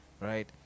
right